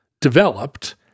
developed